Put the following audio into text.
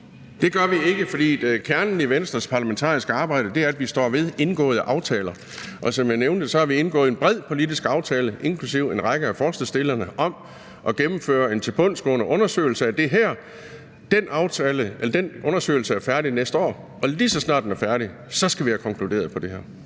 Det gør vi ikke, fordi kernen i Venstres parlamentariske arbejde er, at vi står ved indgåede aftaler. Og som jeg nævnte, har vi, inklusive en række af forslagsstillerne, indgået en bred politisk aftale om at gennemføre en tilbundsgående undersøgelse af det her. Den undersøgelse er færdig næste år, og lige så snart den er færdig, skal vi have konkluderet på det her.